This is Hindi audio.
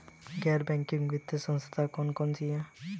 गैर बैंकिंग वित्तीय संस्था कौन कौन सी हैं?